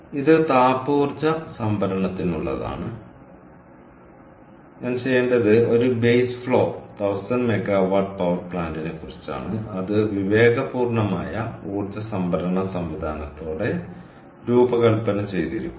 ഇത് താപ ഊർജ്ജ സംഭരണത്തിനുള്ളതാണ് ഞാൻ ചെയ്യേണ്ടത് ഒരു ബേസ് ഫ്ലോ 1000 മെഗാവാട്ട് പവർ പ്ലാന്റിനെക്കുറിച്ചാണ് അത് വിവേകപൂർണ്ണമായ ഊർജ്ജ സംഭരണ സംവിധാനത്തോടെ രൂപകൽപ്പന ചെയ്തിരിക്കുന്നു